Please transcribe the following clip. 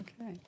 Okay